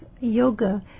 yoga